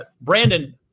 Brandon